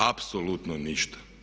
Apsolutno ništa.